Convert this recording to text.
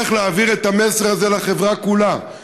איך להעביר את המסר הזה לחברה כולה.